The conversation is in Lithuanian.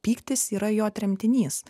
pyktis yra jo tremtinys